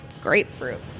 grapefruit